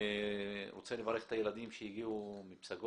אני רוצה לברך את הילדים שהגיעו מפסגות.